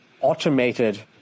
automated